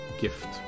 Gift